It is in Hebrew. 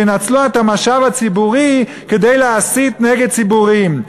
שינצלו את המשאב הציבורי כדי להסית נגד ציבורים.